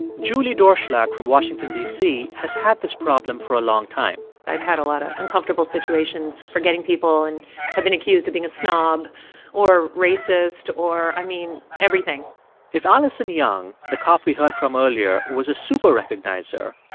julie doerschlag from washington, d c, has had this problem for a long time i've had a lot of uncomfortable situations forgetting people and have been accused of being a snob or racist or, i mean, everything if alison young the cop we heard from earlier was a super-recognizer,